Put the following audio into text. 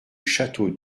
château